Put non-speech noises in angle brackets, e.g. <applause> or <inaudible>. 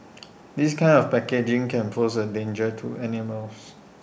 <noise> this kind of packaging can pose A danger to animals